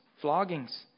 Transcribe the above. Floggings